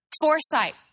Foresight